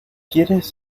quieres